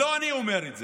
לא אני אומר את זה,